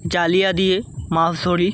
জালিয়া দিয়ে মাছ ধরি